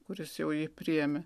kuris jau jį priėmė